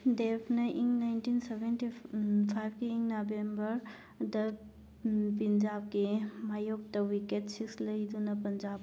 ꯗꯦꯞꯅ in nineteen seventy ꯐꯥꯏꯚꯀꯤ November ꯗ ꯄꯤꯟꯖꯥꯕꯀꯤ ꯃꯥꯌꯣꯛꯇ ꯋꯤꯛꯀꯦꯠ ꯁꯤꯛꯁ ꯂꯩꯗꯨꯅ ꯄꯟꯖꯥꯕ